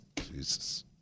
Jesus